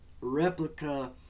replica